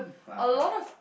a lot of